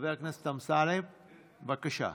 חבר הכנסת אמסלם, בבקשה.